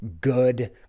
good